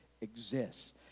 exists